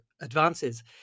advances